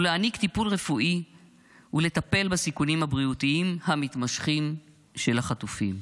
להעניק טיפול רפואי ולטפל בסיכונים הבריאותיים המתמשכים של החטופים.